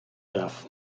dav